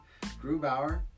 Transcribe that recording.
Grubauer